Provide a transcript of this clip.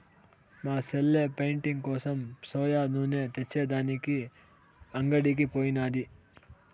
మా సెల్లె పెయింటింగ్ కోసం సోయా నూనె తెచ్చే దానికి అంగడికి పోయినాది